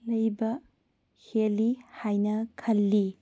ꯂꯩꯕ ꯍꯦꯜꯂꯤ ꯍꯥꯏꯅ ꯈꯜꯂꯤ